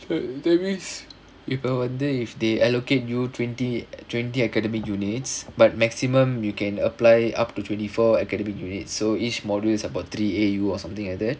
that means if I wonder they allocate you twenty twenty academic units but maximum you can apply up to twenty four academic units so each module is about three A_U or something like that